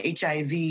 HIV